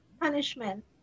punishment